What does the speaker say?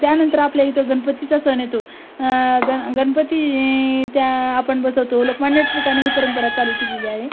त्यानंतर आपल्या इथं गणपतीचा सण येतो गण गणपती त्या आपण बसवतो लोकमान्य टिळकांनी ही परंपरा चालू केलेली आहे